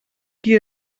qui